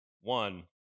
one